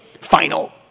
final